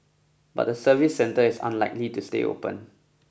but the service centre is unlikely to stay open